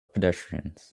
pedestrians